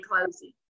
closing